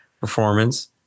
performance